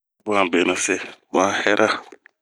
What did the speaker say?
Bunh a benɛ se bun a hɛra.